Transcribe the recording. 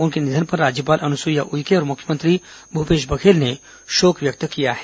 उनके निधन पर राज्यपाल अनुसुईया उइके और मुख्यमंत्री भूपेश बघेल ने शोक जताया है